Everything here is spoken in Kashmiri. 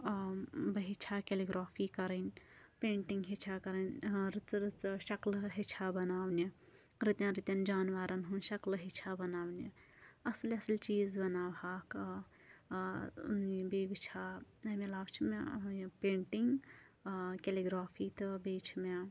ٲں بہٕ ہیٚچھہِ ہا کیٚلِگرٛافی کَرٕنۍ پینٹِنٛگ ہیٚچھہِ ہا کَرٕنۍ ٲں رٕژٕ رٕژٕ شَکلہٕ ہیٚچھہِ ہا بَناونہِ رٕتیٚن رٕتیٚن جانوَرَن ہنٛز شَکلہٕ ہیٚچھہِ ہا بَناونہِ اصٕل اصٕل چیٖز بَناوٕہاکھ ٲں بیٚیہِ وُچھہِ ہا اَمہِ علاوٕ چھِ مےٚ ٲں یِم پینٹِنٛگ ٲں کیٚلِگرٛافی تہٕ بیٚیہِ چھِ مےٚ